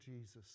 Jesus